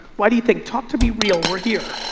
why do you think? talk to me real. we're here.